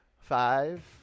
five